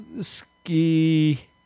ski